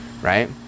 right